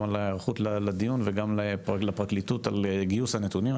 גם על ההיערכות לדיון וגם לפרקליטות על גיוס הנתונים.